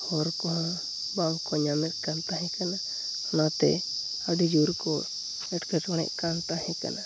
ᱦᱚᱨᱠᱚᱦᱚᱸ ᱵᱟᱝᱠᱚ ᱧᱟᱢᱮᱫᱠᱟᱱ ᱛᱟᱦᱮᱸ ᱠᱟᱱᱟ ᱚᱱᱟᱛᱮ ᱟᱹᱰᱤ ᱡᱳᱨᱠᱚ ᱮᱴᱠᱮᱴᱚᱬᱮᱜᱠᱟᱱ ᱛᱟᱦᱮᱸ ᱠᱟᱱᱟ